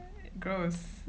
gross